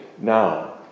now